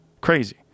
Crazy